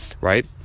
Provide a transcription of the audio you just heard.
right